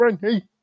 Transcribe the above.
Hey